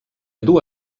dur